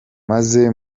maze